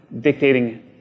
dictating